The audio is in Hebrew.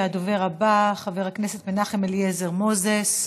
הדובר הבא, חבר הכנסת מנחם אליעזר מוזס,